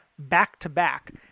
back-to-back